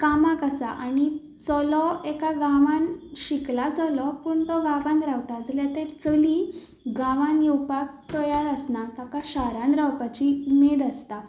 कामाक आसा आनी चलो एका गांवांत शिकला चलो पूण तो गांवांत रावता जाल्यार तें चली गांवांत येवपाक तयार आसना ताका शारांत रावपाची उमेद आसता